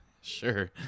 Sure